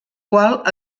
qual